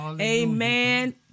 Amen